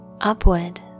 Upward